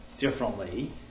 differently